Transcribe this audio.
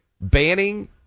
banning